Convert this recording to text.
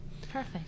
perfect